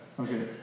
Okay